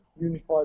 unified